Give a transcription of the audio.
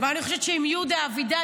ואני חושבת שעם יהודה אבידן,